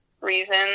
reason